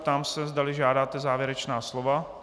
Ptám se, zdali žádáte závěrečná slova.